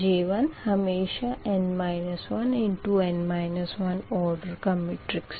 J1 हमेशा n 1 order का matrix है